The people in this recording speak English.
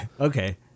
Okay